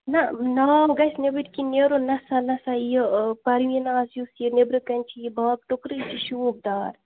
نہ ناو گَژھِ نیٚبٕرۍ کِنۍ نیرُن نہ سا نہ سا یہِ پرویناہَس یُس یہِ نیٚبرٕ کَنۍ چھِ یہِ باغ ٹُکرٕ یہِ چھِ شوٗبدار